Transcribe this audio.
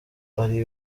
ari